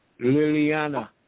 Liliana